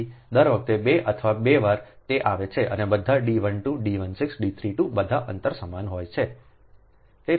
તેથી દર વખતે 2 અથવા બે વાર તે આવે છે અને બધા D 12 D 16 D 32 બધા અંતર સમાન હોય છે